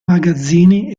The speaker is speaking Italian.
magazzini